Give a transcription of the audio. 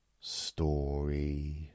story